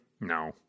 No